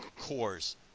cores